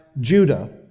Judah